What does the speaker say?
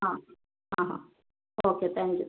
uh uh okay thank you